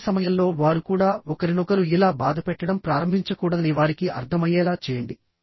అదే సమయంలో వారు కూడా ఒకరినొకరు ఇలా బాధపెట్టడం ప్రారంభించకూడదని వారికి అర్థమయ్యేలా చేయండి